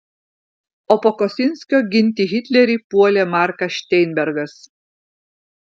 o po kosinskio ginti hitlerį puolė markas šteinbergas